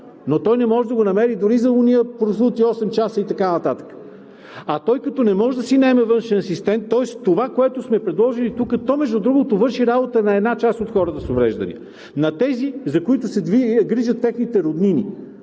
но той не може да го намери дори за онези прословути осем часа и така нататък, а той като не може да си наеме външен асистент, тоест това, което сме предложили тук?! Между другото, то върши работа на една част от хората с увреждания, на тези, за които се грижат техните роднини.